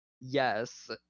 Yes